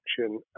action